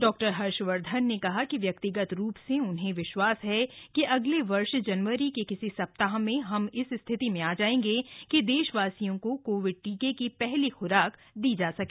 doctor Harshvardhan ने कहा कि व्यक्तिगत रूप से उन्हें विश्वास है कि अगले वर्ष जनवरी के किसी सप्ताह में हम इस स्थिति में आ जायेंगे कि देशवासियों को कोविड टीके की पहली ख्राक दी जा सके